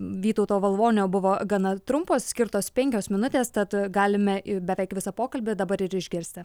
vytauto valvonio buvo gana trumpos skirtos penkios minutės tad galime beveik visą pokalbį dabar ir išgirsti